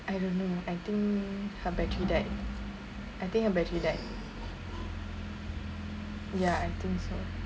I don't know I think her battery died I think her battery died ya i think so